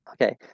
okay